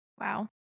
Wow